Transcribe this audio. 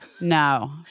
No